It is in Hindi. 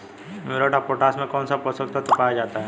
म्यूरेट ऑफ पोटाश में कौन सा पोषक तत्व पाया जाता है?